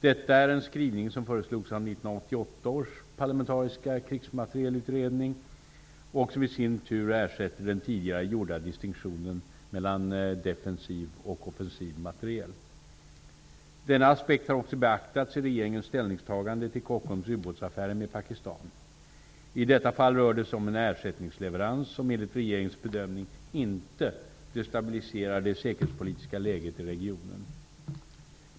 Detta är en skrivning som föreslogs av 1988 års parlamentariska krigsmaterielexportutredning och som i sin tur ersätter den tidigare gjorda distinktionen mellan defensiv och offensiv materiel. Denna aspekt har också beaktats i regeringens ställningstagande till Kockums ubåtsaffärer med Pakistan. I detta fall rör det sig om en ersättningsleverans, som enligt regeringens bedömning inte destabiliserar det säkerhetspolitiska läget i regionen.